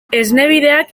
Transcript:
esnebideak